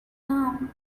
arm